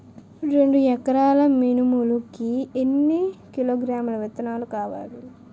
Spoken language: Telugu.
రెండు ఎకరాల మినుములు కి ఎన్ని కిలోగ్రామ్స్ విత్తనాలు కావలి?